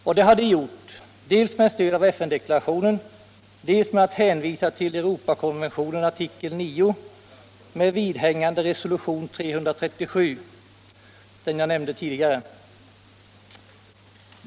Och det har de gjort dels med stöd av FN-deklarationen, dels med hänvisning till Europakonventionens artikel 9 med vidhängande resolution 337, den jag nämnde tidigare.